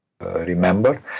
remember